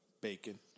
Bacon